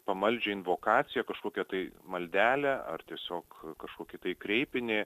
pamaldžią invokaciją kažkokią tai maldelę ar tiesiog kažkokį tai kreipinį